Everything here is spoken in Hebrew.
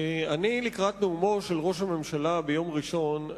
לקראת נאומו של ראש הממשלה ביום ראשון,